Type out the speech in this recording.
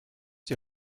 die